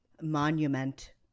monument